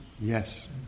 Yes